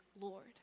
Lord